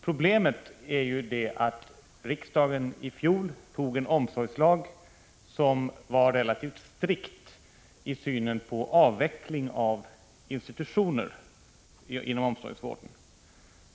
Problemet är ju det att riksdagen i fjol antog en omsorgslag som är relativt strikt i synen på avveckling av institutioner inom omsorgsvården.